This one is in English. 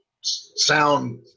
sound